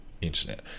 internet